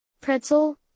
Pretzel